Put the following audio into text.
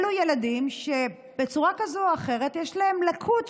אלה ילדים שבצורה כזאת או אחרת יש להם לקות,